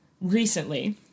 recently